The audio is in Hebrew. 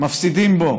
מפסידים בו